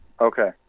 Okay